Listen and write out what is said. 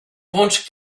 włącz